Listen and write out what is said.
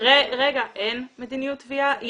אין מדיניות תביעה.